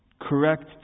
Correct